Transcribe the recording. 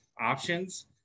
options